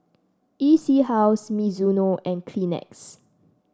E C House Mizuno and Kleenex